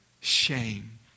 Shame